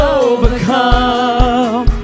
overcome